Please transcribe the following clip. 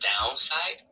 downside